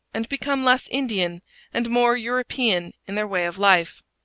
and become less indian and more european in their way of life.